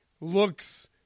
looks